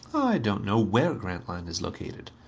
don't know where grantline is located.